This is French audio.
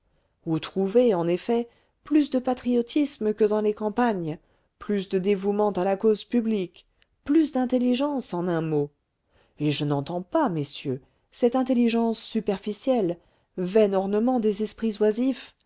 où trouver en effet plus de patriotisme que dans les campagnes plus de dévouement à la cause publique plus d'intelligence en un mot et je n'entends pas messieurs cette intelligence superficielle vain ornement des esprits oisifs